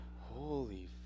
Holy